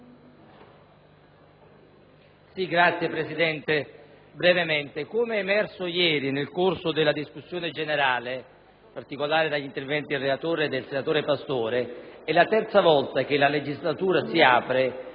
Signora Presidente, come è emerso ieri nel corso della discussione generale, in particolare dagli interventi del relatore e del senatore Pastore, è la terza volta che la legislatura si apre